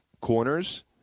corners